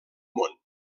món